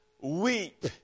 weep